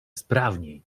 sprawniej